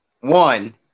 One